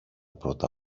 πρώτα